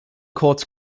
courts